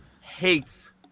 hates